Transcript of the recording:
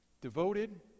Devoted